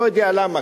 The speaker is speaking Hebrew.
אני לא יודע למה.